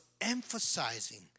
emphasizing